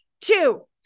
two